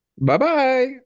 Bye-bye